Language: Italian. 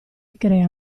crea